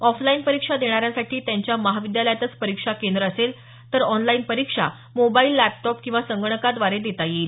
offline परीक्षा देणाऱ्यांसाठी त्यांच्या महाविद्यालयातच परीक्षा केंद्र असेल तर ऑनलाईन परीक्षा मोबाईल लॅपटॉप किंवा संगणकाद्वारे देता येईल